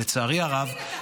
לצערי הרב.